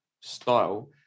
style